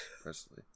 Presley